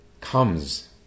comes